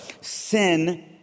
sin